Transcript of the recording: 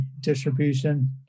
distribution